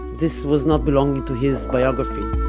this was not belonging to his biography